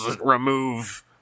Remove